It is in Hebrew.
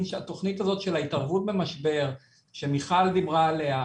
שהתוכנית הזאת של התערבות במשבר שמיכל דיברה עליה,